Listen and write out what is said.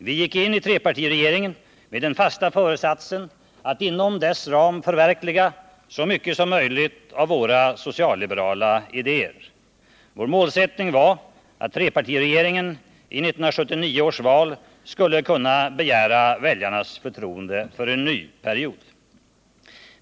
Vi gick in i trepartiregeringen med den fasta föresatsen att inom dess ram förverkliga så mycket som möjligt av våra socialliberala idéer. Vår målsättning var att trepartiregeringen i 1979 års val skulle kunna begära väljarnas förtroende för en ny period.